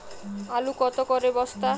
আলু কত করে বস্তা?